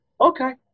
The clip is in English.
Okay